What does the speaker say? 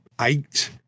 eight